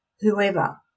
whoever